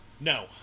No